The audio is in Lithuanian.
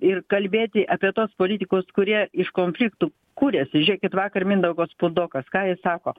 ir kalbėti apie tuos politikus kurie iš konfliktų kuriasi žiūrėkit vakar mindaugas puidokas ką jis sako